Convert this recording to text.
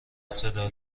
صدا